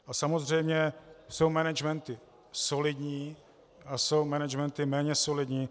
A samozřejmě jsou managementy solidní a jsou managementy méně solidní.